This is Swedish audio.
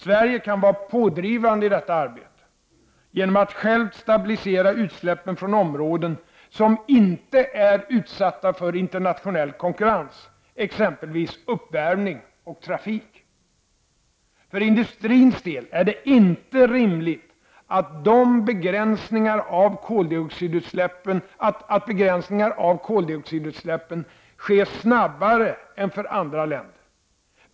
Sverige kan vara pådrivande i detta arbete genom att självt stabilisera utsläppen från områden som inte är utsatta för internationell konkurrens, exempelvis uppvärmning och viss trafik. För industrins del är det inte rimligt att begränsningar av koldioxidutsläppen sker snabbare än för andra länder.